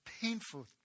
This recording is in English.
painful